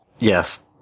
Yes